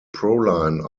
proline